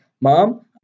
Mom